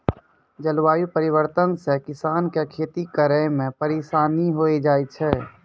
जलवायु परिवर्तन से किसान के खेती करै मे परिसानी होय जाय छै